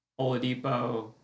Oladipo